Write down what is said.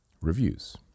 reviews